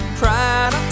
pride